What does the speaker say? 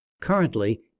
Currently